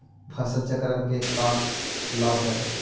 फसल चक्रण के का लाभ हई?